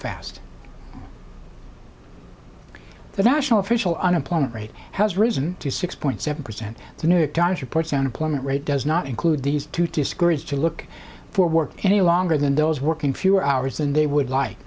fast the national official unemployment rate has risen to six point seven percent the new york times reports unemployment rate does not include these two discouraged to look for work any longer than those working fewer hours than they would like